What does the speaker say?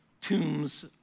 tombs